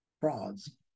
frauds